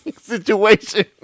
situation